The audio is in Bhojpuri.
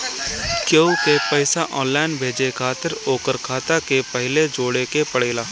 केहू के पईसा ऑनलाइन भेजे खातिर ओकर खाता के पहिले जोड़े के पड़ेला